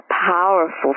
powerful